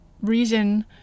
reason